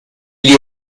gli